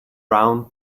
round